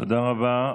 תודה רבה.